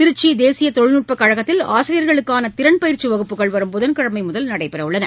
திருச்சி தேசிய தொழில்நுட்பக் கழகத்தில் ஆசிரியர்களுக்கான திறன் பயிற்சி வகுப்புகள் வரும் புதன் கிழமை முதல் நடைபெறவுள்ளன